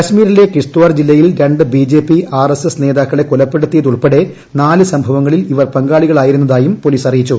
കാശ്മീരിലെ കിഷ്ത്വാർ ജില്ലയിൽ രണ്ട് ബിജെപി ആർഎസ്എസ് നേതാക്കളെ കൊലപ്പെടുത്തിയതുൾപ്പെടെ നാല് സംഭവങ്ങളിൽ ഇവർ പങ്കാളികളായിരുന്നതായും പോലീസ് അറിയിച്ചു